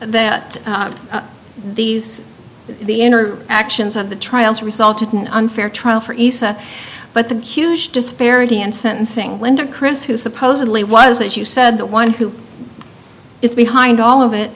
that these the inner actions of the trials resulted in an unfair trial for isa but the huge disparity in sentencing linda chris who supposedly was as you said the one who is behind all of it